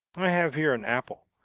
i have here an apple.